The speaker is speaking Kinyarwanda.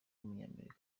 w’umunyamerika